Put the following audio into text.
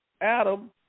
Adam